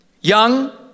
Young